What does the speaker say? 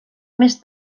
més